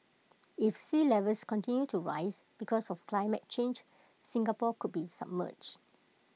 if sea levels continue to rise because of climate change Singapore could be submerged